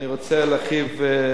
אבל אני רוצה להרחיב.